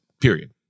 period